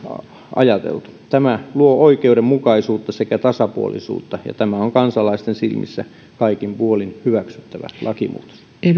ajateltu tämä luo oikeudenmukaisuutta sekä tasapuolisuutta ja tämä on kansalaisten silmissä kaikin puolin hyväksyttävä lakimuutos